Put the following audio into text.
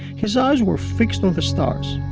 his eyes were fixed on the stars.